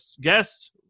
guest